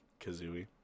Kazooie